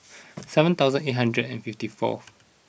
seven thousand eight hundred and fifty four